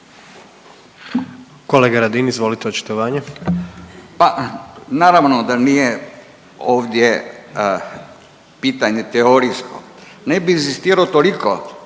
Kolega Daus, izvolite očitovanje.